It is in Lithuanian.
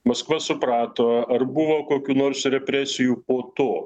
maskva suprato ar buvo kokių nors represijų po to